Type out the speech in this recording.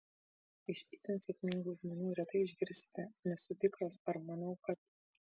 iš itin sėkmingų žmonių retai išgirsite nesu tikras ar manau kad